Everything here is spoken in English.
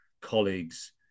colleagues